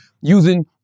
using